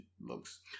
looks